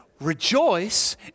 rejoice